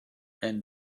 and